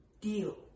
deal